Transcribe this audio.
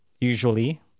usually